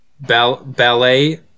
ballet